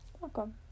Welcome